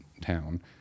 town